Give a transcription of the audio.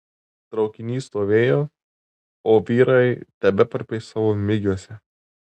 traukinys stovėjo o vyrai tebeparpė savo migiuose